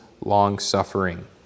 long-suffering